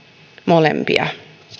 molempia